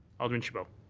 alderman chabot.